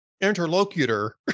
interlocutor